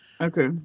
Okay